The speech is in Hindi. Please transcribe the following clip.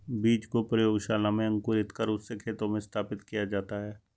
बीज को प्रयोगशाला में अंकुरित कर उससे खेतों में स्थापित किया जाता है